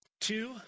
Two